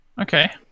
Okay